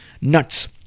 Nuts